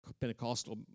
Pentecostal